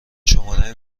شماره